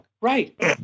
right